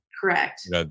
Correct